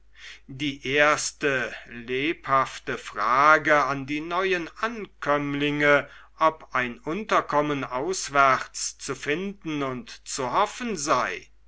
die erste lebhafte frage an die neuen ankömmlinge ob ein unterkommen auswärts zu finden und zu hoffen sei